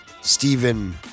Stephen